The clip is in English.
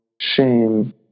shame